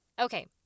Okay